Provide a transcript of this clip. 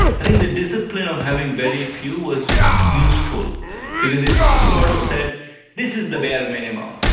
i think the discipline of having very few was useful because it sort of said this is the bare minimum.